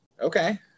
Okay